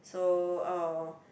so um